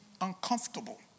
uncomfortable